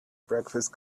breakfast